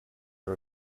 are